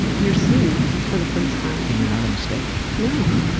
you're seen for the first time. and you're not a mistake. no.